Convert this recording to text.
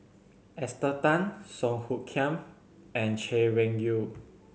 Esther Tan Song Hoot Kiam and Chay Weng Yew